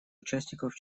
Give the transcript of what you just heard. участников